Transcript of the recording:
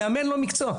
המאמן הוא לא מקצוע.